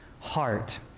heart